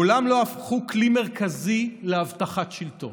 מעולם לא הפכו כלי מרכזי להבטחת שלטון.